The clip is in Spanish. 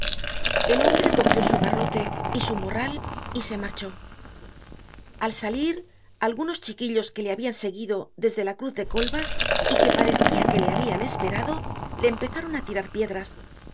el hombre cogió su garrote y su morral y se marchó al salir algunos chiquillos que le habian seguido desde la cruz de coibas y que parecia que le habian esperado le empezaron á tirar